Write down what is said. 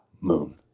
moon